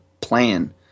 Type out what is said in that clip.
plan